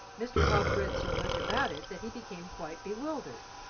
mr. hobbs read so much about it that he became quite bewildered.